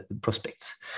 prospects